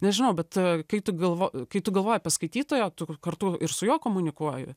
nežinau bet kai tu galvo kai tu galvoji apie skaitytojo tu kartu ir su juo komunikuoji